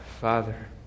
Father